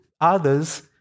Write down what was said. others